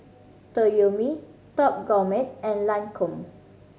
Toyomi Top Gourmet and Lancome